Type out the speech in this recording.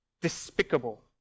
despicable